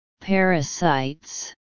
parasites